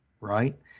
right